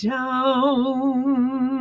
down